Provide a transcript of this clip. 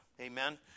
Amen